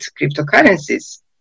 cryptocurrencies